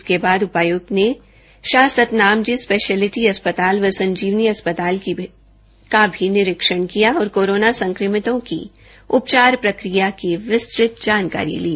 तत्पश्चात उपायुक्त ने शाह सतनाम जी स्पेशलिटी अस्पताल व संजीवनी अस्पताल का भी निरीक्षण किया और कोरोना संक्रमितों के उपचार प्रक्रिया की विस्तृत जानकारी ली